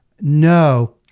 no